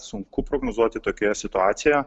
sunku prognozuoti tokioje situacijoje